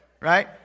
right